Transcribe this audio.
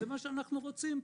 זה מה שאנחנו רוצים פה.